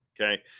okay